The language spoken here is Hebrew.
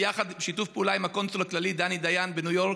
בשיתוף פעולה עם הקונסול הכללי דני דיין בניו יורק,